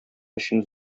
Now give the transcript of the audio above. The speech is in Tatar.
өчен